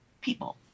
people